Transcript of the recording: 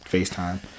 FaceTime